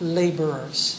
laborers